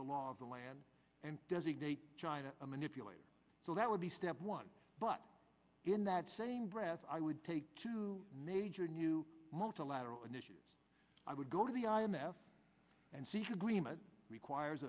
the law of the land and designate china a manipulator so that would be step one but in that same breath i would take two major new multilateral initiative i would go to the i m f and seek agreement requires